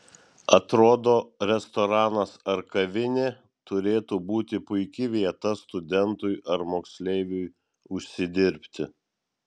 atrodo restoranas ar kavinė turėtų būti puiki vieta studentui ar moksleiviui užsidirbti